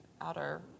outer